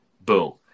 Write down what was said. Boom